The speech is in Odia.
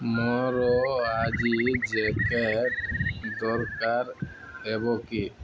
ମୋର ଆଜି ଜ୍ୟାକେଟ୍ ଦରକାର ହେବ କି